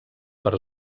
per